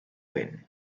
vent